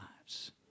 lives